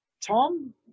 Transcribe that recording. tom